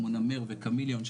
כמו נמר וכמיליון,